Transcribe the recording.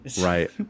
Right